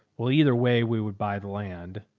well, either way we would buy the land.